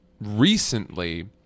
recently